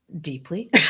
deeply